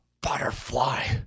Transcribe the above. butterfly